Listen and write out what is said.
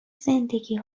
زندگی